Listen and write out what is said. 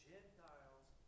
Gentiles